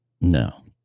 No